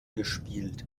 gespielt